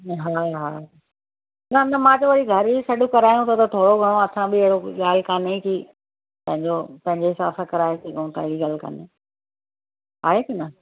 हा हा न न मां त वरी घर ही सॾु करायो त थोरो घणो असां बि अहिड़ो ॻाल्हि काने कि पंहिंजो पंहिंजे हिसाब सां कराए सघूं था अहिड़ी ॻाल्हि काने आहे कि न